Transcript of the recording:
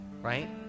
right